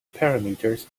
parameters